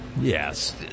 Yes